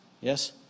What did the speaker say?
Yes